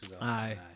Aye